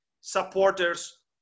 supporters